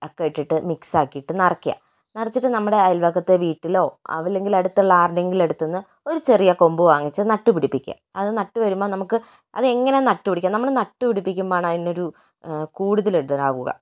ഒക്കെ ഇട്ടിട്ട് മിക്സ് ആക്കിയിട്ട് നിറക്കുക നിറച്ചിട്ട് നമ്മുടെ അയൽവക്കത്തെ വീട്ടിലോ അതല്ലെങ്കിൽ അടുത്തുള്ള ആരുടെയെങ്കിലും അടുത്തു നിന്ന് ഒരു ചെറിയ കൊമ്പ് വാങ്ങിച്ച് നട്ടുപിടിപ്പിക്കുക അത് നട്ടു വരുമ്പോ നമുക്ക് അത് എങ്ങനെ നട്ടു പിടിപ്പിക്കുക നമ്മള് നട്ടുപിടിപ്പിക്കുമ്പോ ആണ് അതിനൊരു കൂടുതൽ വേഗത്തിലാവുക